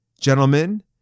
gentlemen